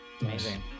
Amazing